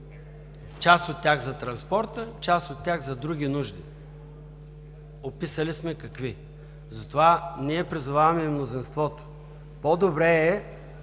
част от тях за транспорта, част от тях за други нужди, описали сме какви. Призоваваме мнозинството: по-добре е,